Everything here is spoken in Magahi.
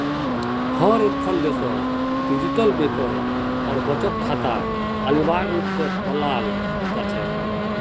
हर एकखन देशत डिजिटल वेतन और बचत खाता अनिवार्य रूप से खोलाल जा छेक